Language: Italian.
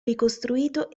ricostruito